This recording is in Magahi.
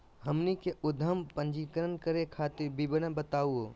हमनी के उद्यम पंजीकरण करे खातीर विवरण बताही हो?